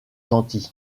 gentil